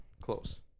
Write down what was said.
Close